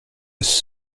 his